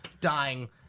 dying